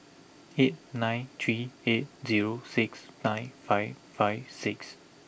eight nine three eight zero six nine five five six